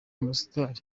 umustar